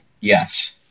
Yes